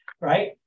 right